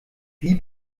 wie